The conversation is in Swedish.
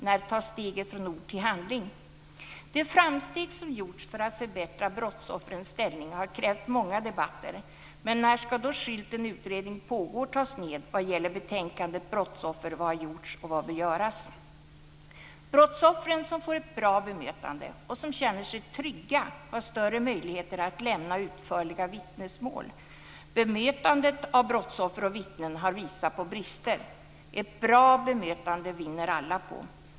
När tas steget från ord till handling? De framsteg som gjorts för att förbättra brottsoffrens ställning har krävt många debatter, men när ska skylten "utredning pågår" tas ned vad gäller betänkandet Brottsoffer - Vad har gjorts och vad bör göras? Brottsoffer som får ett bra bemötande och som känner sig trygga har större möjligheter att lämna utförliga vittnesmål. Bemötandet av brottsoffer och vittnen har visat på brister. Ett bra bemötande vinner alla på.